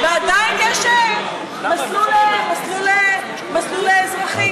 ועדיין יש מסלול אזרחי.